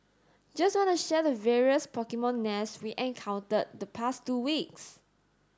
just wanna share the various Pokemon nests we encountered the past two weeks